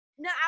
No